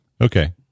Okay